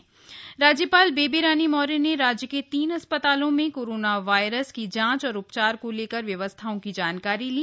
राज्यपाल राज्यपाल बेबी रानी मौर्य ने राज्य के तीन अस्पतालों में कोरोना वायरस की जांच और उपचार को लेकर व्यवस्थाओं की जानकारी ली